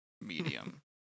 medium